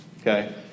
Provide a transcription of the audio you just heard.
Okay